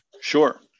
Sure